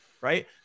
right